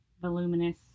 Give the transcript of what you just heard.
Voluminous